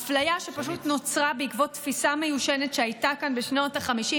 אפליה שפשוט נוצרה בעקבות תפיסה מיושנת שהייתה כאן בשנות החמישים,